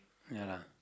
ya lah